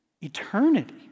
eternity